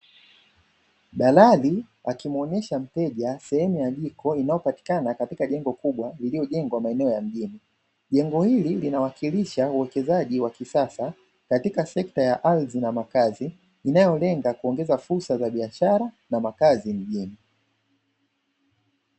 Dalali akimuonesha mteja maeneo ya jengo kubwa linalopatikana maeneo ya mjini, jengo hili linaonesha uwekezaji wa kisasa katika sekta ya ardhi na makazi inayolenga kuongeza fursa za biashara na makazi mjini.